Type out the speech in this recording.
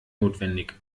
notwendig